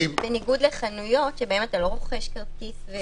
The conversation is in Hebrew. בניגוד לחנויות שבהן אתה לא רוכש כרטיס.